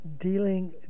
dealing